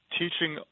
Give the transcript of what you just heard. teaching